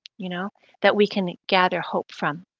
you know that we can gather hope from.